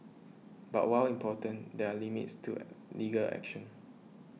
but while important there are limits to legal action